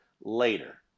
later